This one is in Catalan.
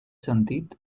sentit